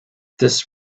this